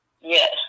Yes